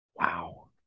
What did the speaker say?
Wow